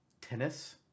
Tennis